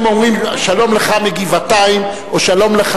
הם אומרים: שלום לך מגבעתיים או: שלום לך